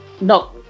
No